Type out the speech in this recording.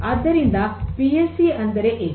ಆದ್ದರಿಂದ PLC ಅಂದರೆ ಏನು